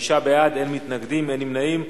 חמישה בעד, אין מתנגדים, אין נמנעים.